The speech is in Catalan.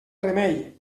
remei